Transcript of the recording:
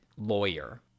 lawyer